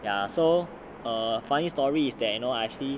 ya so err funny story is that you know I actually